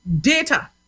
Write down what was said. data